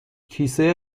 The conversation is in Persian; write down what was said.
کیسه